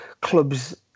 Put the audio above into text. clubs